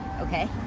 okay